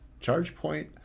ChargePoint